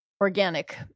organic